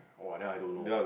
!wah! then I don't know